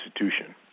institution